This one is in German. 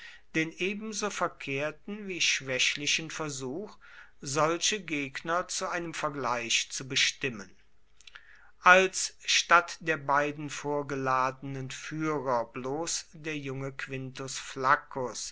den ebenso verkehrten wie schwächlichen versuch solche gegner zu einem vergleich zu bestimmen als statt der beiden vorgeladenen führer bloß der junge quintus